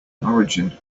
origin